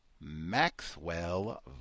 maxwell